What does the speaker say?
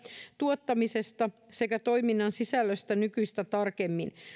tuottamisesta sekä toiminnan sisällöstä nykyistä tarkemmin